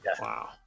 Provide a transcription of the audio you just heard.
Wow